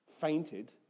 fainted